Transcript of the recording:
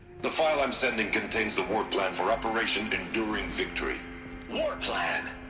the file i'm sending contains the war plan for operation enduring victory war plan?